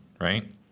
right